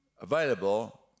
available